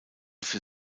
für